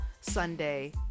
Sunday